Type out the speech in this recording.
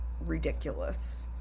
ridiculous